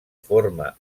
forma